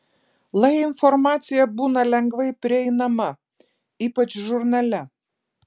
lai informacija būna lengvai prieinama ypač žurnale